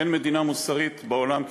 אין מדינה מוסרית בעולם כישראל,